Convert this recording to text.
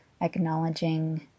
acknowledging